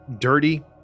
dirty